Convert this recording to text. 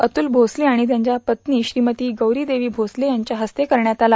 अतल भोसले आणि त्यांच्या सुविध पत्नी श्रीमती गौरवीदेवी भोसले यांच्या इस्ते करण्यात आला